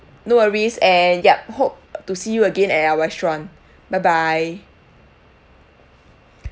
no worries and yup hope to see you again at our restaurant bye bye